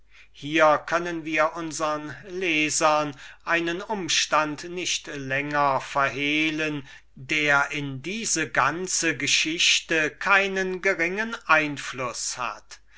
hier können wir unsern lesern einen umstand nicht länger verhalten der in diese ganze geschichte einen großen einfluß hat